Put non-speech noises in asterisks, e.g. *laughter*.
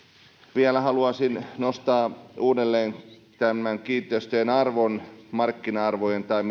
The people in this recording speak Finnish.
vielä haluaisin nostaa uudelleen kiinteistöjen arvon markkina arvon tai *unintelligible*